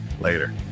later